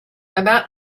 about